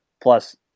Plus